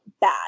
bad